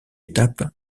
étape